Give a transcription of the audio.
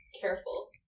Careful